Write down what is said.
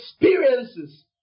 experiences